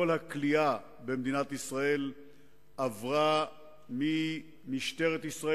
כל הכליאה במדינת ישראל עברה ממשטרת ישראל